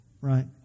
Right